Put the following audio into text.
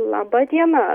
laba diena